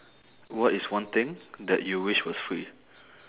what is one thing that you wish was free